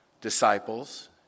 disciples